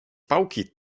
pałki